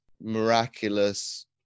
miraculous